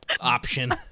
option